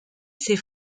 ses